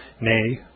nay